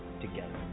together